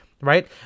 Right